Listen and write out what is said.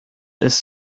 ist